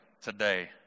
today